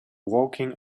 walking